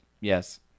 Yes